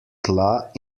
tla